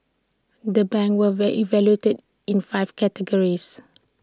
the banks were evaluated in five categories